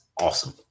awesome